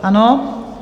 Ano.